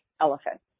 elephant